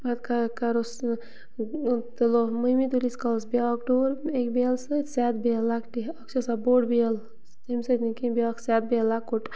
پَتہٕ کَہ کَرو سُہ تُلو مٔمی تُلہِ ییٖتِس کالَس بیٛاکھ ڈوٗر اَکہِ بیل سۭتۍ سیٚتھ بیل لۄکٹہِ اَکھ چھِ آسان بوٚڈ بیل تمہِ سۭتۍ نہٕ کینٛہہ بیٛاکھ سیٚتھ بیل لۄکُٹ